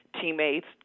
teammates